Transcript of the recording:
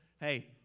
Hey